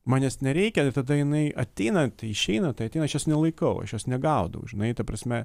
man jos nereikia ir tada jinai ateina išeina tai ateina aš jos nelaikau aš jos negaudau žinai ta prasme